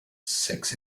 sex